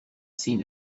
seen